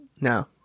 no